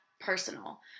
personal